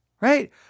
right